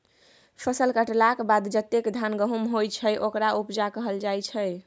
फसल कटलाक बाद जतेक धान गहुम होइ छै ओकरा उपजा कहल जाइ छै